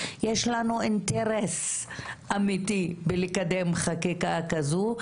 יש לנו אינטרס אמיתי בלקדם חקיקה כזו,